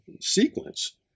sequence